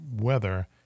weather